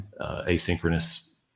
Asynchronous